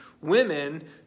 women